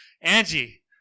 Angie